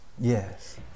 Yes